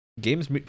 Games